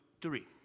three